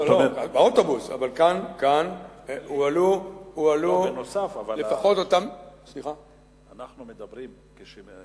אבל כאן הועלו לפחות, אנחנו מדברים על כך